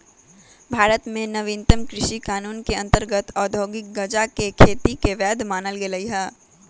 भारत में नवीनतम कृषि कानून के अंतर्गत औद्योगिक गजाके खेती के वैध मानल गेलइ ह